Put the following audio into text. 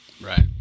Right